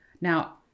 Now